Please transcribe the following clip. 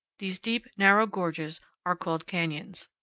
these deep, narrow gorges are called canyons.